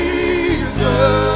Jesus